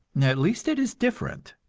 at least it is different.